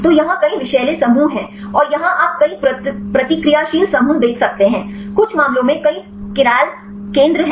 तो यहाँ कई विषैले समूह हैं और यहाँ आप कई प्रतिक्रियाशील समूह देख सकते हैं कुछ मामलों में कई चिरल केंद्र हैं